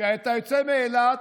כשאתה יוצא מאילת,